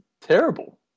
terrible